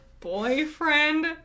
boyfriend